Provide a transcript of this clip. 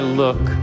look